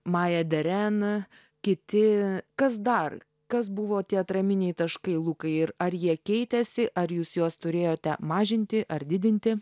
maya deren kiti kas dar kas buvo tie atraminiai taškai lukai ir ar jie keitėsi ar jūs juos turėjote mažinti ar didinti